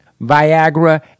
Viagra